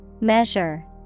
Measure